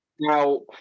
Now